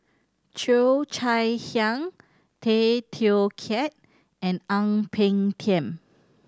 Cheo Chai Hiang Tay Teow Kiat and Ang Peng Tiam